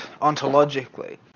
ontologically